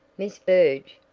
miss berg,